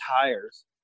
tires